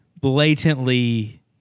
blatantly